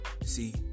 See